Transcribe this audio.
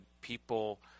people